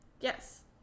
Yes